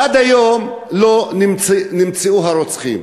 עד היום לא נמצאו הרוצחים,